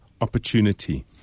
opportunity